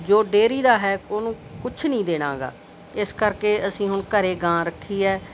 ਜੋ ਡੇਅਰੀ ਦਾ ਹੈ ਉਹਨੂੰ ਕੁਛ ਨਹੀਂ ਦੇਣਾ ਹੈਗਾ ਇਸ ਕਰਕੇ ਅਸੀਂ ਹੁਣ ਘਰੇ ਗਾਂ ਰੱਖੀ ਹੈ